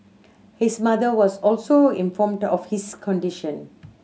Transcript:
his mother was also informed of his condition